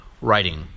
writing